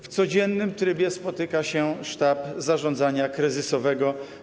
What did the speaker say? W codziennym trybie spotyka się sztab zarządzania kryzysowego.